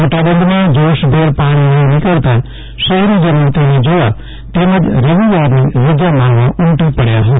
મોટા બંધમાં જોશભેર પાણી વફી નીકળતા શફેરીજનો તેને જોવા તેમજ રવિવારની રજા માણવા ઉમટી પડયા હતા